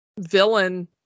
villain